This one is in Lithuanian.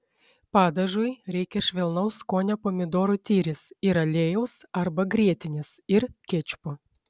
padažui reikia švelnaus skonio pomidorų tyrės ir aliejaus arba grietinės ir kečupo